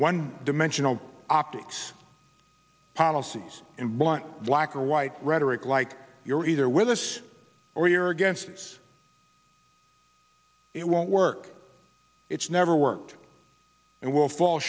one dimensional optics policies and blunt black or white rhetoric like you're either with us or you're against it's it won't work it's never work and will fall